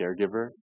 caregiver